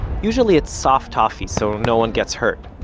usually it's soft toffee, so no one gets hurt.